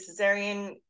cesarean